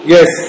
Yes